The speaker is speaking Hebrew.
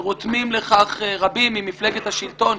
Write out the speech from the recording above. שרותמים לכך רבים ממפלגת השלטון,